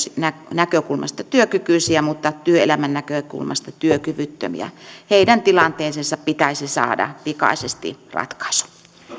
näkökulmasta työkykyisiä mutta työelämän näkökulmasta työkyvyttömiä heidän tilanteeseensa pitäisi saada pikaisesti ratkaisu